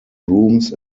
rooms